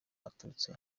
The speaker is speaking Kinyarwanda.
aturutse